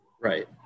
Right